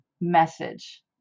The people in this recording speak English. message